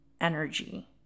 energy